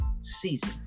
season